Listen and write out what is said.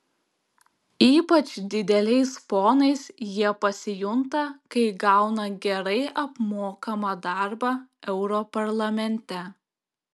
ypač dideliais ponais jie pasijunta kai gauna gerai apmokamą darbą europarlamente